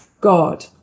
God